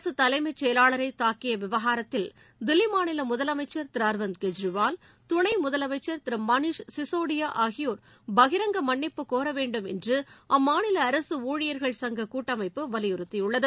அரசு தலைமைச் செயலாளரை தாக்கிய விவகாரத்தில் தில்லி மாநில முதலமைச்சர் திரு அரவிந்த் கெஜ்ரிவால் துணை முதலமைச்சர் திரு மணிஷ் சிசோடியா ஆகியோர் பகிரங்க மன்னிப்பு கோர வேண்டும் என்று அம்மாநில அரசு ஊழியர்கள் சங்க கூட்டமைப்பு வலியுறுத்தியுள்ளது